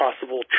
possible